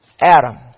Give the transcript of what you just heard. Adam